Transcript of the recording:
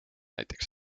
näiteks